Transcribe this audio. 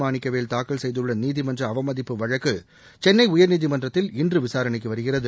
மாணிக்கவேல் தாக்கல் செய்துள்ள நீதிமன்ற அவமதிப்பு வழக்கு சென்னை உயர்நீதிமன்றத்தில் இன்று விசாரணைக்கு வருகிறது